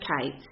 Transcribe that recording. Kate